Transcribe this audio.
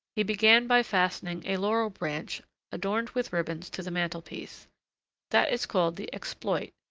he began by fastening a laurel branch adorned with ribbons to the mantel-piece that is called the exploit,